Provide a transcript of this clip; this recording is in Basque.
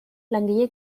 langile